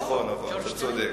נכון, אתה צודק.